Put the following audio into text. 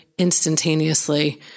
instantaneously